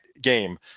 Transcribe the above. game